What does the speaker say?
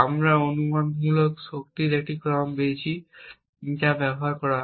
আমরা অনুমানমূলক শক্তির একটি ক্রম পেয়েছি যা ব্যবহার করা হয়